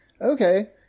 Okay